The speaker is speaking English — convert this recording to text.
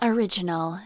Original